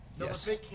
Yes